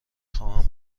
خواهم